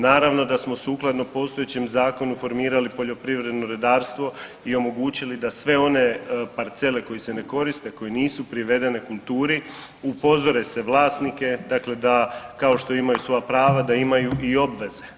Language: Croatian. Naravno da smo sukladno postojećem zakonu formirali poljoprivredno redarstvo i omogućili da sve one parcele koje se ne koriste koje nisu privedene kulturi, upozore se vlasnike dakle da kao što imaju svoja prava da imaju i obveze.